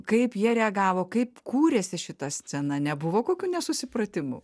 kaip jie reagavo kaip kūrėsi šita scena nebuvo kokių nesusipratimų